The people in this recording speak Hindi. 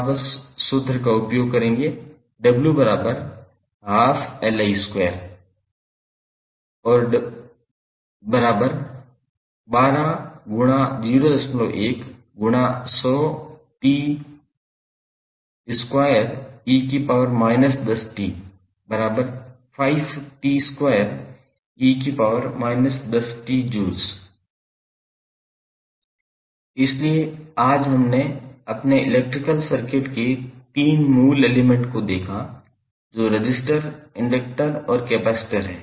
आप बस सूत्र का उपयोग करें 𝑤12𝐿𝑖212∗01∗100𝑡2𝑒−10𝑡5𝑡2𝑒−10𝑡J इसलिए आज हमने अपने इलेक्ट्रिकल सर्किट के 3 मूल एलिमेंट को देखा जो रेसिस्टर इंडक्टर और कैपेसिटर हैं